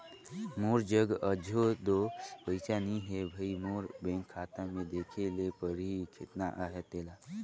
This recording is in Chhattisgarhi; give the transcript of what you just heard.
मोर जग अझो दो पइसा नी हे भई, मोर बेंक खाता में देखे ले परही केतना अहे तेला